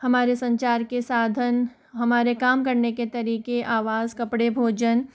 हमारे संचार के साधन हमारे काम करने के तरीके आवाज़ कपड़े भोजन